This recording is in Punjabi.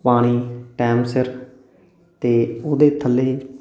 ਪਾਣੀ ਟਾਈਮ ਸਿਰ ਅਤੇ ਉਹਦੇ ਥੱਲੇ